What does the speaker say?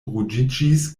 ruĝiĝis